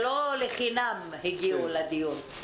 שלא לחינם הגיעו לדיון.